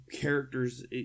characters